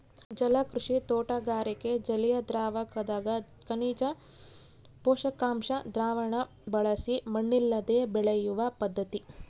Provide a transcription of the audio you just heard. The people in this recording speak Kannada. ಜಲಕೃಷಿ ತೋಟಗಾರಿಕೆ ಜಲಿಯದ್ರಾವಕದಗ ಖನಿಜ ಪೋಷಕಾಂಶ ದ್ರಾವಣ ಬಳಸಿ ಮಣ್ಣಿಲ್ಲದೆ ಬೆಳೆಯುವ ಪದ್ಧತಿ